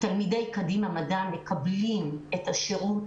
תלמידי קדימה מדע מקבלים את השירות,